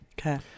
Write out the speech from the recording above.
Okay